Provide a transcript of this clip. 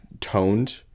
toned